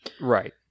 right